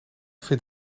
vind